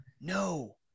No